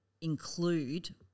include